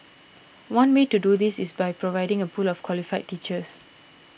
one way to do this is by providing a pool of qualified teachers